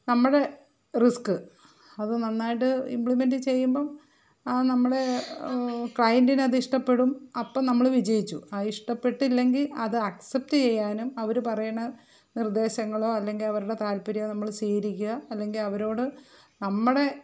നമ്മുടെ റിസ്ക് അത് നന്നായിട്ട് ഇമ്പ്ലിമെൻ്റ് ചെയ്യുമ്പം ആ നമ്മുടെ ക്ലൈയൻറ്റിനത് ഇഷ്ടപെടും അപ്പം നമ്മൾ വിജയിച്ചു ഇഷ്ടപെട്ടില്ലെങ്കിൽ അത് അക്സെപ്റ് ചെയ്യാനും അവർ പറയണ നിർദ്ദേശങ്ങളോ അല്ലെങ്കിൽ അവരുടെ താല്പര്യമോ നമ്മൾ സ്വീകരിക്കുക അല്ലെങ്കിൽ അവരോട് നമ്മുടെ